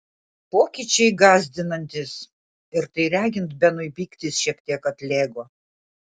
pokyčiai gąsdinantys ir tai regint benui pyktis šiek tiek atlėgo